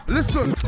Listen